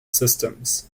systems